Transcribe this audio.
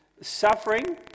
suffering